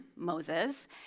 Moses